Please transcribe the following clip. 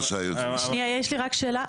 יש לי רק שאלה,